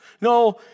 No